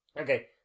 Okay